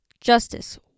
Justice